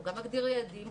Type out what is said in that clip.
הוא גם מגדיר יעדים,